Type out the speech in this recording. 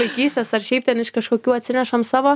vaikystės ar šiaip ten iš kažkokių atsinešam savo